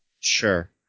Sure